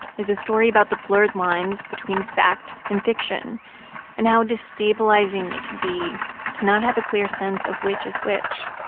is a story about the blurred lines between fact and fiction and how destabilizing it can be to not have a clear sense of which is which.